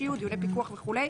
ככל שיהיו דיוני פיקוח וכו',